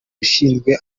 ishinzwe